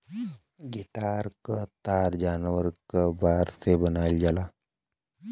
guitar क तार जानवर क बार से बनावल जाला